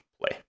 play